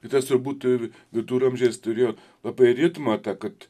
kitas turbūt viduramžiais turėjo labai ritmą tą kad